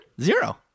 zero